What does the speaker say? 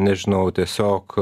nežinau tiesiog